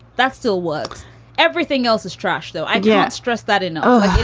that still works everything else is trash, though. i get stressed that in. oh,